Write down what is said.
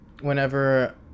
whenever